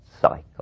cycle